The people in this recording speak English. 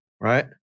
Right